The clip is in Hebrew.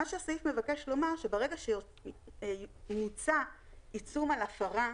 הסעיף מבקש לומר שברגע שמוצא עיצום על הפרה,